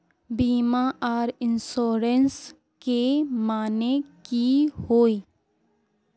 बीमा आर इंश्योरेंस के माने की होय?